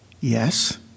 Yes